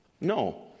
No